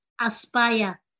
aspire